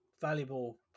valuable